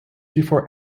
before